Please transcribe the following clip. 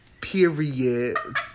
period